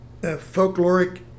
folkloric